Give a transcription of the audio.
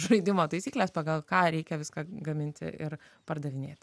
žaidimo taisyklės pagal ką reikia viską gaminti ir pardavinėti